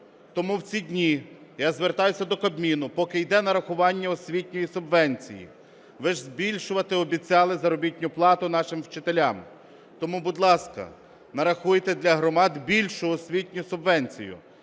Тому в ці дні я звертаюся до Кабміну, поки йде нарахування освітньої субвенції, ви ж збільшувати обіцяли заробітну плату нашим вчителям, тому, будь ласка, нарахуйте для громад більшу освітню субвенцію,